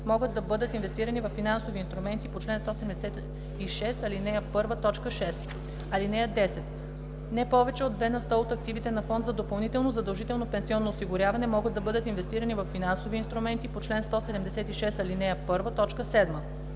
могат да бъдат инвестирани във финансови инструменти по чл. 176, ал. 1, т. 6. (10) Не повече от 2 на сто от активите на фонд за допълнително задължително пенсионно осигуряване могат да бъдат инвестирани във финансови инструменти по чл. 176, ал. 1, т. 7.